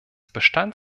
bestand